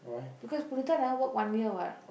because Punitha never work one year what